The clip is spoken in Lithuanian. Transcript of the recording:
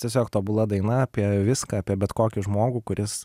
tiesiog tobula daina apie viską apie bet kokį žmogų kuris